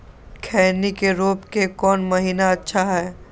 खैनी के रोप के कौन महीना अच्छा है?